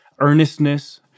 earnestness